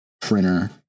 printer